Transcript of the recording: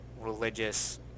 religious